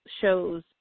shows